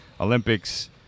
olympics